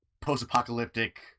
post-apocalyptic